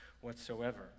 whatsoever